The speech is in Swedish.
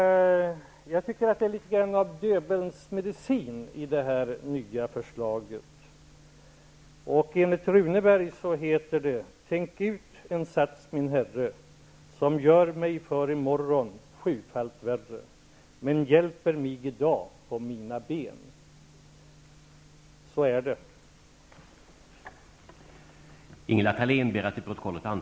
Jag tycker att det är något av Döbelnsmedicin i det nya förslaget -- i Runebergs Döbeln vid Jutas heter det ju: -- tänk ut en sats, min herre, som gör mig för i morgon sjufalt värre, men hjälper mig i dag på mina ben! Så är det.